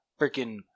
Freaking